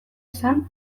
esan